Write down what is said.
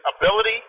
ability